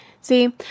See